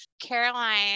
Caroline